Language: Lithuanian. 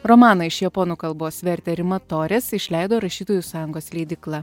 romaną iš japonų kalbos vertė rima toris išleido rašytojų sąjungos leidykla